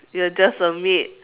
you are just a maid